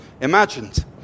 imagined